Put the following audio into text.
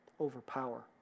Overpower